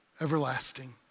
everlasting